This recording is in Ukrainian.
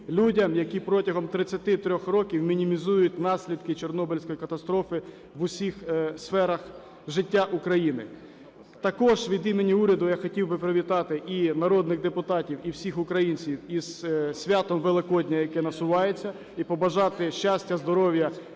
людям, які протягом 33 років мінімізують наслідки Чорнобильської катастрофи в усіх сферах життя України. Також від імені уряду я хотів би привітати і народних депутатів, і всіх українців із святом Великодня, яке насувається, і побажати щастя, здоров'я,